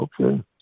Okay